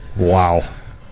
Wow